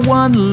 one